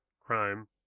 crime